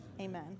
amen